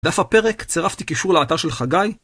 דף הפרק, צירפתי קישור לאתר של חגי.